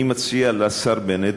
אני מציע לשר בנט,